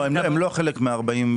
הם לא חלק מה-49%.